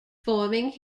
forming